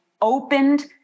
opened